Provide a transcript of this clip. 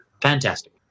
Fantastic